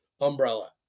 umbrella